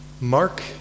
Mark